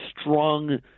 strong